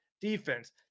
defense